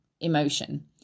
emotion